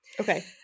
Okay